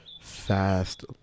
fast